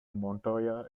montoya